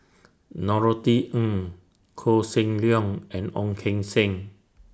Norothy Ng Koh Seng Leong and Ong Keng Sen